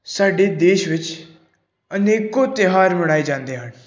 ਸਾਡੇ ਦੇਸ਼ ਵਿੱਚ ਅਨੇਕ ਤਿਉਹਾਰ ਮਨਾਏ ਜਾਂਦੇ ਹਨ